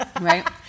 Right